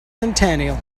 centennial